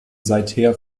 seither